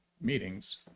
meetings